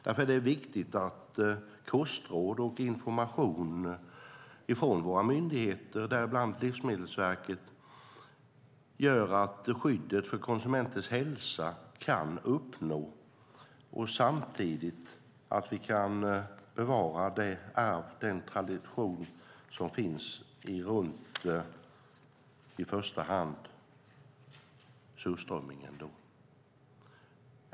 Därför är det viktigt att kostråd och information från våra myndigheter, bland annat Livsmedelsverket, gör att skyddet för konsumenters hälsa kan uppnås och att vi samtidigt kan bevara det arv och den tradition som finns runt i första hand surströmmingen.